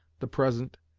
the present,